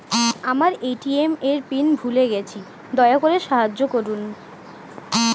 আমার এ.টি.এম এর পিন ভুলে গেছি, দয়া করে সাহায্য করুন